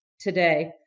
today